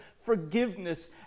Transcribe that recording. forgiveness